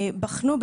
גדול.